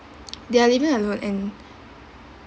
they are living alone and